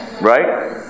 Right